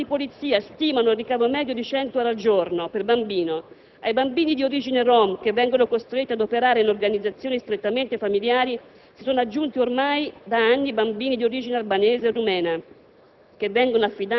Le stesse forze di polizia stimano il ricavo medio in 100 euro al giorno per bambino. Ai bambini di origine Rom che vengono costretti ad operare in organizzazioni strettamente familiari si sono aggiunti ormai da anni bambini di origine albanese e rumena